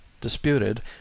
disputed